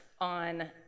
on